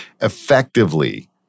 effectively